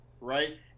right